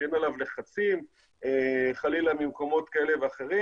שאין עליו לחצים חלילה ממקומות כאלה ואחרים.